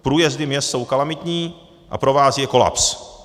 Průjezdy měst jsou kalamitní a provází je kolaps.